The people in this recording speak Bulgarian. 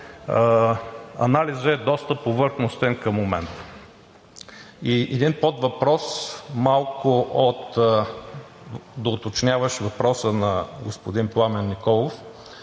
анализът е доста повърхностен към момента. И един подвъпрос, малко доуточняващ въпроса на господин Пламен Николов: